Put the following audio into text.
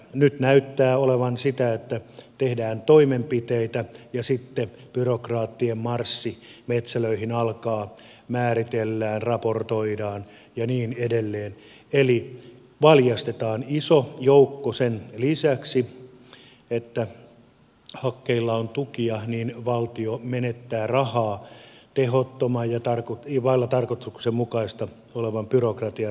nyt näyttää olevan sitä että tehdään toimenpiteitä ja sitten byrokraattien marssi metsälöihin alkaa määritellään raportoidaan ja niin edelleen eli valjastetaan iso joukko ja sen lisäksi että hakkeilla on tukia valtio menettää rahaa tehottoman ja vailla tarkoituksenmukaisuutta olevan byrokratian rahoittamisessa